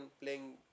playing